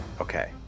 Okay